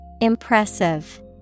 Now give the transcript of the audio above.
Impressive